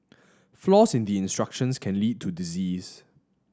flaws in the instructions can lead to disease